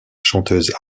chanteuse